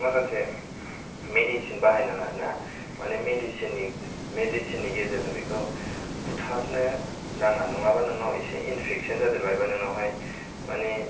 माखासे मेदिसिन बाहाय नाङा आरो ना मानि मेदिसिननि मेदिसेननि गेजेरजों बेखौ बुथारनो नाङा नङाबा नोंनाव इसे इनपेकसन जादेररबायबा नोंनावहाय मानि